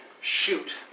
shoot